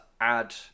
add